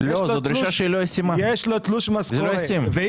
יש לו תלוש משכורת --- לא,